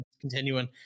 continuing